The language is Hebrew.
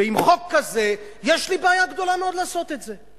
ועם חוק כזה יש לי בעיה גדולה מאוד לעשות את זה.